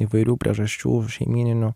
įvairių priežasčių šeimyninių